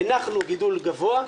הנחנו גידול גבוה,